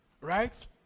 Right